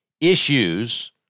issues